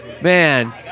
man